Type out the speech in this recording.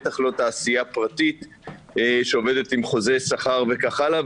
בטח לא תעשייה פרטית שעובדת עם חוזי שכר וכך הלאה.